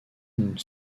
une